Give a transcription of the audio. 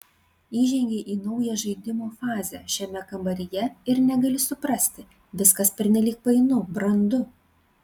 įžengei į naują žaidimo fazę šiame kambaryje ir negali suprasti viskas pernelyg painu brandu